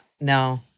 no